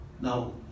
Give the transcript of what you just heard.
Now